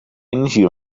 energie